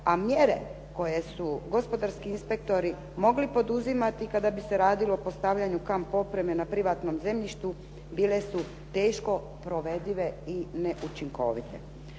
A mjere koje su gospodarski inspektori mogli poduzimati kada bi se radilo o postavljanju kamp opreme na privatnom zemljištu bile su teško provedive i neučinkovite.